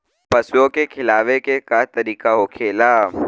पशुओं के खिलावे के का तरीका होखेला?